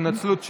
התנצלות שלי.